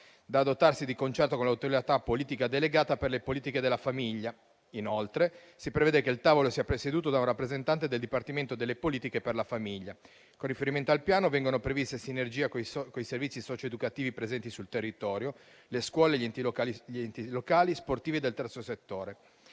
da adottarsi di concerto con l'autorità politica delegata per le politiche della famiglia. Inoltre, si prevede che il tavolo sia presieduto da un rappresentante del dipartimento delle politiche per la famiglia. Con riferimento al piano, vengono previste sinergie con i servizi socioeducativi presenti sul territorio, le scuole e gli enti locali e sportivi del terzo settore.